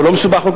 ולא כל כך מסובך.